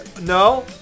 No